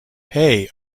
hey